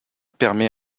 permet